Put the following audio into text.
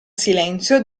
silenzio